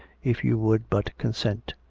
if you would but consent.